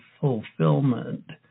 fulfillment